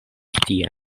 tie